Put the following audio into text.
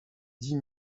dis